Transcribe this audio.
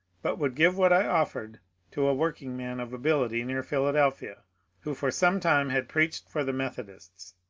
but would give what i offered to a workingman of ability near philadelphia who for some time had preached for the methodists.